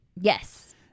Yes